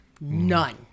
None